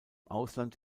ausland